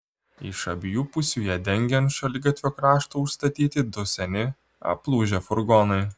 iš abiejų pusių ją dengė ant šaligatvio krašto užstatyti du seni aplūžę furgonai